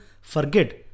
forget